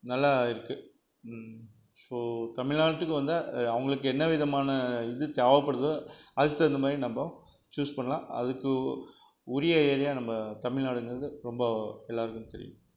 நல்லா இருக்கு ஸோ தமிழ்நாட்டுக்கு வந்தால் அவங்களுக்கு என்ன விதமான இது தேவைப்படுதோ அதுக்கு தகுந்த மாதிரி நம்ம சூஸ் பண்ணலாம் அதுக்கு உரிய ஏரியா நம்ம தமிழ்நாடுங்கிறது ரொம்ப எல்லோருக்கும் தெரியும்